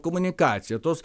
komunikacija tos